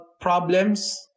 problems